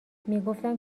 میگفتند